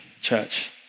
church